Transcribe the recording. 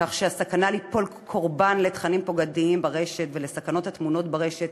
כך שהסכנה ליפול קורבן לתכנים פוגעניים ברשת ולסכנות הטמונות ברשת